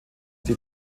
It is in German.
die